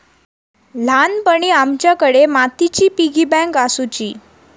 ल्हानपणी आमच्याकडे मातीची पिगी बँक आसुची